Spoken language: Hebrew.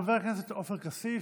חבר הכנסת עופר כסיף,